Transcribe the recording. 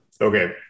okay